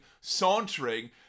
sauntering